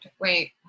wait